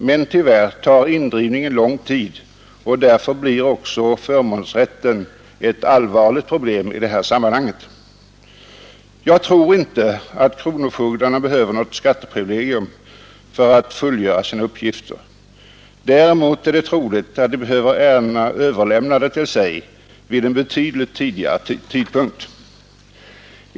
Men tyvärr tar indrivningen lång tid, och därför blir också förmånsrätten ett allvarligt problem i sammanhanget. Jag tror inte att kronofogdarna behöver något skatteprivilegium för att fullgöra sina uppgifter. Däremot är det troligt att de behöver ärendena överlämnade till sig vid en betydligt tidigare tidpunkt.